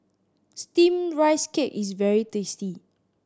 Steamed Rice Cake is very tasty